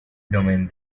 domain